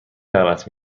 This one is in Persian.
دعوت